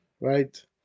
right